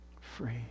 free